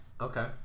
Okay